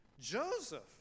Joseph